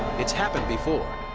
it's happened before.